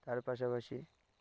তার পাশাপাশি